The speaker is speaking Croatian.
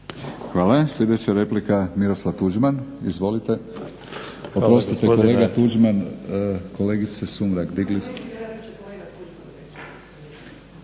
Hvala. Sljedeća replika Miroslav Tuđman. Izvolite. Oprostite kolega Tuđman digli ste.